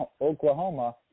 Oklahoma